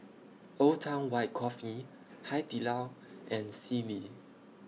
Old Town White Coffee Hai Di Lao and Sealy